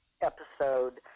episode